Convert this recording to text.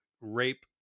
rape